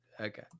Okay